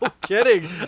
kidding